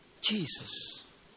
Jesus